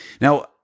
Now